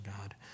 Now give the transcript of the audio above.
God